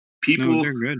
people